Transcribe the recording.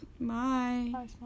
Bye